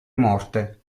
morte